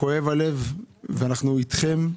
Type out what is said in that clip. כואב הלב, ואנחנו אתכם.